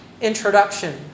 introduction